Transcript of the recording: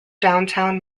downtown